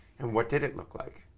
and what did it look like?